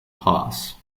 pass